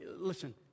Listen